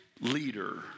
leader